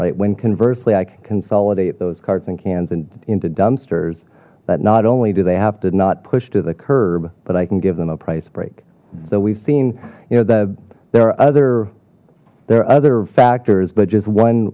right when conversely i can consolidate those carts and cans and into dumpsters that not only do they have to not push to the curb but i can give them a price break so we've seen you know that there are other there are other factors but just one